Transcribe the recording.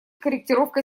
корректировка